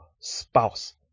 spouse